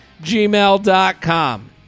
gmail.com